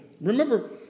Remember